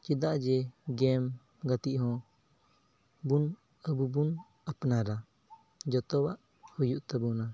ᱪᱮᱫᱟᱜ ᱡᱮ ᱜᱮᱢ ᱜᱟᱛᱮᱜ ᱦᱚᱸ ᱵᱚᱱ ᱟᱵᱚ ᱵᱚᱱ ᱟᱯᱱᱟᱨᱟ ᱡᱚᱛᱚᱣᱟᱜ ᱦᱩᱭᱩᱜ ᱛᱟᱵᱚᱱᱟ